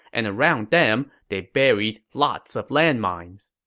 and around them they buried lots of landmines.